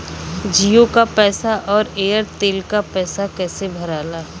जीओ का पैसा और एयर तेलका पैसा कैसे भराला?